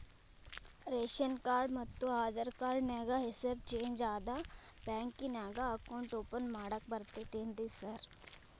Ration card ಮತ್ತ Aadhaar card ನ್ಯಾಗ ಹೆಸರು ಚೇಂಜ್ ಅದಾ ಬ್ಯಾಂಕಿನ್ಯಾಗ ಅಕೌಂಟ್ ಓಪನ್ ಮಾಡಾಕ ಬರ್ತಾದೇನ್ರಿ ಸಾರ್?